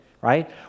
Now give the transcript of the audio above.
right